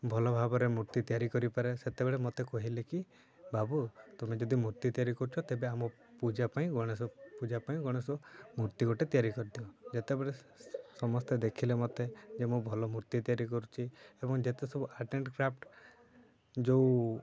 ଭଲ ଭାବରେ ମୂର୍ତ୍ତି ତିଆରି କରିପାରେ ସେତେବେଳେ ମୋତେ କହିଲେ କି ବାବୁ ତୁମେ ଯଦି ମୂର୍ତ୍ତି ତିଆରି କରୁଛ ତେବେ ଆମ ପୂଜା ପାଇଁ ଗଣେଶ ପୂଜା ପାଇଁ ଗଣେଶ ମୂର୍ତ୍ତି ଗୋଟେ ତିଆରି କରିଦିଅ ଯେତେବେଳେ ସମସ୍ତେ ଦେଖିଲେ ମୋତେ ଯେ ମୁଁ ଭଲ ମୂର୍ତ୍ତି ତିଆରି କରୁଛି ଏବଂ ଯେତେ ସବୁ ଆର୍ଟ୍ ଏଣ୍ଡ୍ କ୍ରାଫ୍ଟ୍ ଯେଉଁ